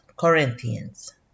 Corinthians